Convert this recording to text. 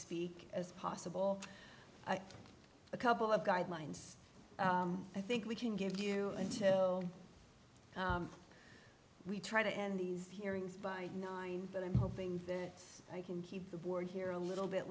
speak as possible a couple of guidelines i think we can give you and we try to end these hearings by nine but i'm hoping that i can keep the board here a little bit